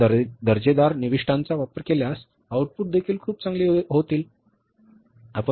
आपण दर्जेदार निविष्ठांचा वापर केल्यास आउटपुट देखील खूप चांगले होतील